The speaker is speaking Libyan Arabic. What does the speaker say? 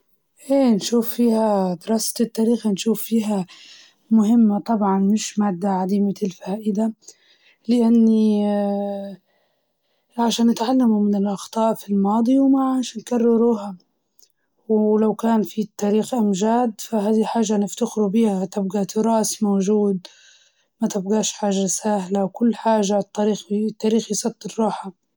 حفظ القصائد مهم لإنه ينمي الذاكرة، ويعزز اللغة، لكن لازم ما يكون تجيل عليهم، القصائد تعلمهم على الإبداع، وتفتح لهم أبواب جديدة للتفكير.